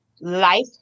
life